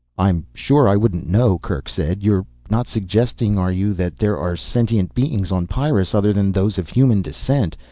i'm sure i wouldn't know, kerk said. you're not suggesting, are you, that there are sentient beings on pyrrus other than those of human descent?